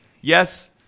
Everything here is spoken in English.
Yes